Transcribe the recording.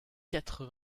quatre